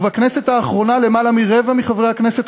ובכנסת האחרונה למעלה מרבע מחברי הכנסת